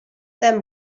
them